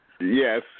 Yes